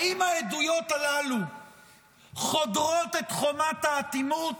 האם העדויות הללו חודרות את חומת האטימות